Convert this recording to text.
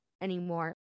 anymore